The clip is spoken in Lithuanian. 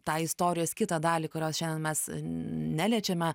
tą istorijos kitą dalį kurios šiandien mes neliečiame